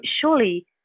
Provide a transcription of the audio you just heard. surely